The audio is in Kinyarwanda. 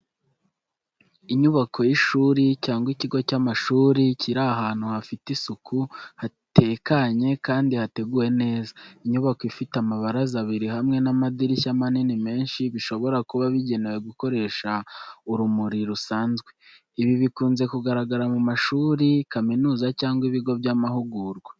Inyubako y’ishuri cyangwa ikigo cy’amashuri kiri ahantu hafite isuku, hatekanye kandi hateguwe neza. Inyubako ifite amabaraza abiri hamwe n’amadirishya manini menshi bishobora kuba bigenewe gukoresha urumuri rusanzwe. Ibi bikunze kugaragara mu mashuri, kaminuza cyangwa ibigo by'amahugurwa.